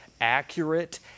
accurate